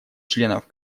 членов